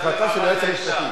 זו החלטה של היועץ המשפטי.